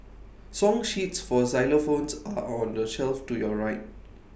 song sheets for xylophones are on the shelf to your right